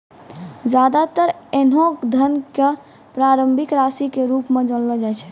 ज्यादातर ऐन्हों धन क प्रारंभिक राशि के रूप म जानलो जाय छै